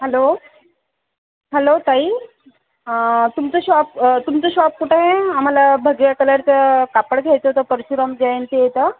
hello hello ताई तुमचं shop तुमचं शॉप कुठं आहे आम्हाला भजीया कलरचं कापड घ्यायचं होतं परशुराम जयंती आहे तर